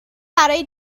برای